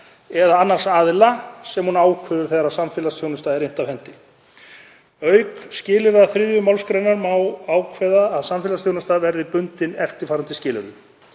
eða annars aðila sem hún ákveður þegar samfélagsþjónusta er innt af hendi. Auk skilyrða 3. mgr. má ákveða að samfélagsþjónusta verði bundin eftirfarandi skilyrðum: